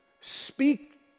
speak